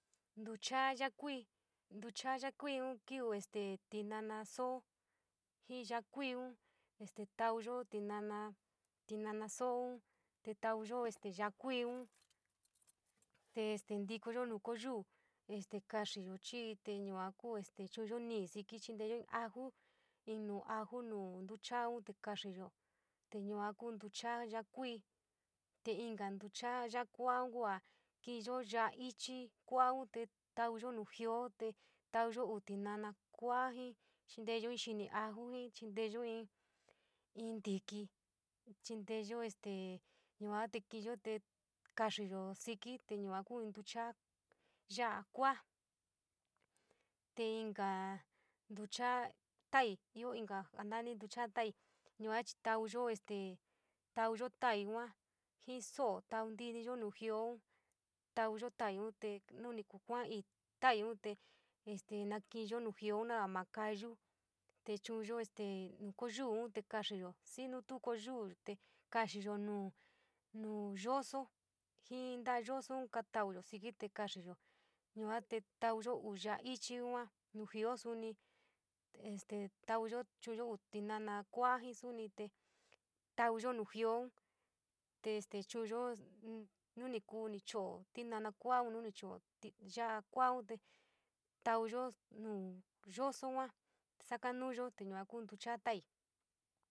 Ntucha ya’a kui, ntuchy yaa kui kíví tinano soo, jii ya’a kuiun, este tauyo tinana, tinana sooun te tauyo yaa kuiun tee este ntikoyo nuu ko’o yuu, este kaxiyo chii te yua kuu este chu’unyo ñii siki te chinteyo aju inn nuu aju nuu ntucha’aun kaxiiyo yua kuu ínn ntuchaa kuii te inka ntucha ya’a kuaa kuua ki’iyo ya’a ichi kua’au te tauuyo nuu jio te tauyo uu tinana kua’a jii chinteyo in xini aju, chinteyo inn tiki, chinteeyo este yua te ki’iiyo te kaxiiyo siki te yuua kuu ín ntucha’a ya’a kua’a, te inka ntucha’a ya’a tai’ii ioo inka jaa nani ntucho’a ya’a, taaii, yuachii tauuyo este taauyo taii yuajiin sóó tau inn ti’iniyo nuu jiou tauuyo tain tee nu ni kuu kuaaii taiiun este nakiyo nuu jioun na va maakaayuu te chu’unyo este nuu koó yuu te kaxiyo, xii nu tuu ko’oyuu te kaxiyo nuu, nuu yooso jiin nta’a yosoun jii nta’a yosou kaatauyo xiki te kaxiiyo yuoa te tauuyo ya’a ichii yua nuu jioo suni este tauyo chi’uyi uu tinana kua’a suni te tauuyo nu jioun te este chu’unyo nu ni kuu ni cho’o tinana kuuaun nu ni cho’o ya’a kuan te tauyo nuu yoso yua, sacanuyo te yua kuu in tucha’a ta’aii.